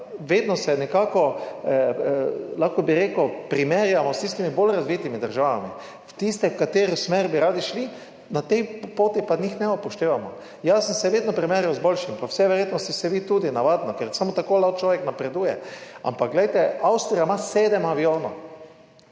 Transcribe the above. vedno nekako, lahko bi rekel, primerjamo s tistimi bolj razvitimi državami, tistimi, v katerih smer bi radi šli, na tej poti pa njih ne upoštevamo. Jaz sem se vedno primerjal z boljšim, po vsej verjetnosti se vi tudi, navadno, ker samo tako lahko človek napreduje. Ampak glejte, Avstrija ima sedem avionov.